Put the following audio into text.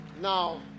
now